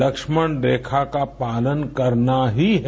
लक्ष्मण रेखा का पालन करना ही है